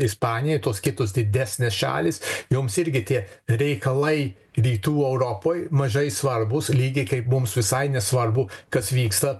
ispanijai tos kitos didesnės šalys joms irgi tie reikalai rytų europoj mažai svarbūs lygiai kaip mums visai nesvarbu kas vyksta